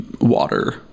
water